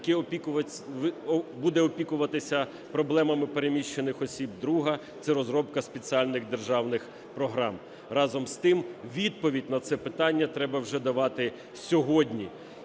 який буде опікуватися проблемами переміщених осіб. Друга – це розробка спеціальних державних програм. Разом з тим, відповідь на це питання треба вже давати сьогодні